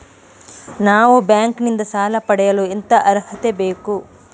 ನಾವು ಬ್ಯಾಂಕ್ ನಿಂದ ಸಾಲ ಪಡೆಯಲು ಎಂತ ಅರ್ಹತೆ ಬೇಕು?